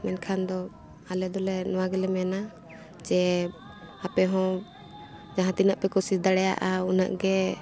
ᱢᱮᱱᱠᱷᱟᱱ ᱫᱚ ᱟᱞᱮ ᱫᱚᱞᱮ ᱱᱚᱣᱟ ᱜᱮᱞᱮ ᱢᱮᱱᱟ ᱡᱮ ᱟᱯᱮ ᱦᱚᱸ ᱡᱟᱦᱟᱸ ᱛᱤᱱᱟᱹᱜ ᱯᱮ ᱠᱚᱥᱤ ᱫᱟᱲᱮᱭᱟᱜᱼᱟ ᱩᱱᱟᱹᱜ ᱜᱮ